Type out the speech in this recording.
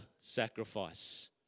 sacrifice